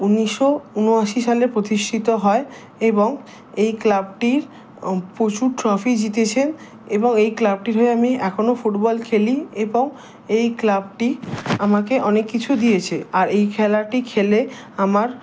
উনিশশো উনআশি সালের প্রতিষ্ঠিত হয় এবং এই ক্লাবটি প্রচুর ট্রফি জিতেছে এবং এই ক্লাবটির হয়ে আমি এখনো ফুটবল খেলি এবং এই ক্লাবটি আমাকে অনেক কিছু দিয়েছে আর এই খেলাটি খেলে আমার